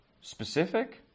specific